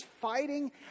fighting